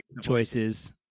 choices